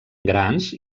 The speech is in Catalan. grans